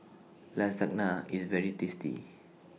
Lasagna IS very tasty